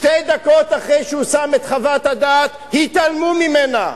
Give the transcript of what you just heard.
שתי דקות אחרי שהוא שם את חוות הדעת, התעלמו ממנה.